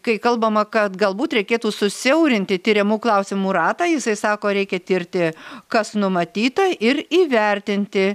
kai kalbama kad galbūt reikėtų susiaurinti tiriamų klausimų ratą jisai sako reikia tirti kas numatyta ir įvertinti